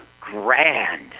grand